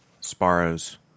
Sparrows